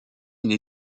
une